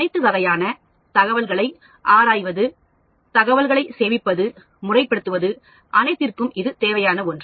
அனைத்து வகையான தகவல்களை ஆராய்வது தகவல்களை சேமிப்பது முறைபடுத்துவது அனைத்திற்கும் இது தேவையான ஒன்று